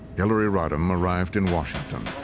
hillary rodham arrived in washington.